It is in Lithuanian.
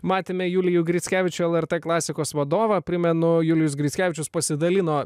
matėme julijų grickevičių lrt klasikos vadovą primenu julijus grickevičius pasidalino